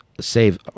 save